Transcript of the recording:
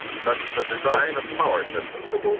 such as the design of power systems,